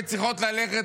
שצריכות ללכת